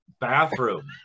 bathroom